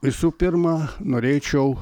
visų pirma norėčiau